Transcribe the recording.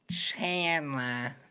Chandler